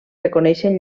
reconeixen